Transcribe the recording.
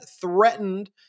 threatened